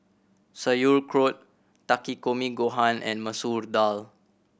Sauerkraut Takikomi Gohan and Masoor Dal